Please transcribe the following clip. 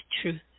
truth